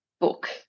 Book